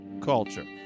culture